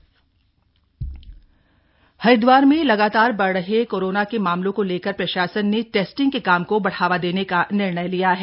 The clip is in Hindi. हरिदवार कोविड टेस्टिंग हरिद्वार में लगातार बढ़ रहे कोरोना के मामलों को लेकर प्रशासन ने टेस्टिंग के काम को बढ़ावा देने का निर्णय लिया है